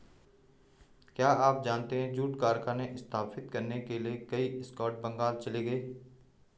क्या आप जानते है जूट कारखाने स्थापित करने के लिए कई स्कॉट्स बंगाल चले गए?